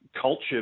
culture